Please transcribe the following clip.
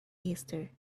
easter